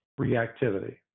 Reactivity